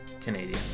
Canadian